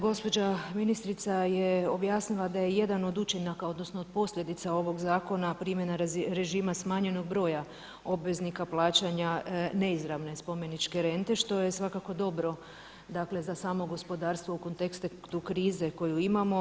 Gospođa ministrica je objasnila da je jedan od učinaka odnosno od posljedica ovog zakona primjena režima smanjenog broja obveznika plaćanja neizravne spomeničke rente što je svakako dobro dakle za samo gospodarstvo u kontekstu krize koju imamo.